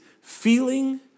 feeling